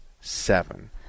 seven